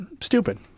stupid